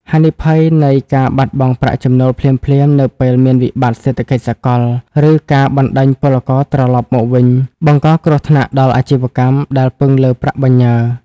ហានិភ័យនៃការបាត់បង់ប្រាក់ចំណូលភ្លាមៗ នៅពេលមានវិបត្តិសេដ្ឋកិច្ចសកល ឬការបណ្ដេញពលករត្រឡប់មកវិញ បង្កគ្រោះថ្នាក់ដល់អាជីវកម្មដែលពឹងលើប្រាក់បញ្ញើ។